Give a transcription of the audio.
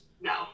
No